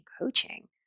coaching